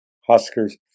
Huskers